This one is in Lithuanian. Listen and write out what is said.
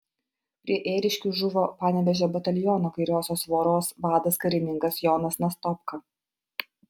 prie ėriškių žuvo panevėžio bataliono kairiosios voros vadas karininkas jonas nastopka